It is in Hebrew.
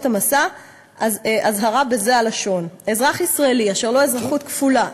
המסע אזהרה בזו הלשון: אזרח ישראלי אשר לו אזרחות כפולה,